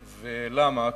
למה?